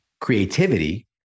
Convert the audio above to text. creativity